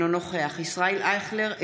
אינו נוכח ישראל אייכלר,